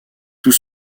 tout